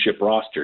roster